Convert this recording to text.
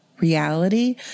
reality